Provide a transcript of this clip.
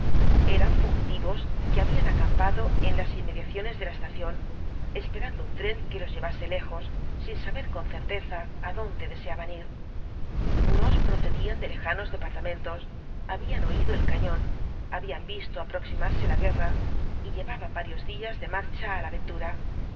eran fugitivos que habían acampado en las inmediaciones de la estación esperando un tren que los llevase lejos sin saber con certeza adonde deseaban ir unos procedían de lejanos departa nentos habían oído el cañón habían visto aproximarse la guerra y llevaban varios días de marcha á la ventura